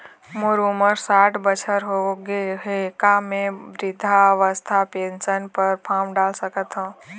मोर उमर साठ बछर होथे गए हे का म वृद्धावस्था पेंशन पर फार्म डाल सकत हंव?